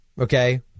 okay